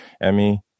emmy